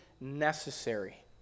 necessary